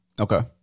Okay